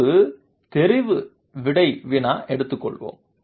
ஒரு தெரிவு விடை வினாவை எடுத்துக்கொள்வோம்